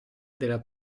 della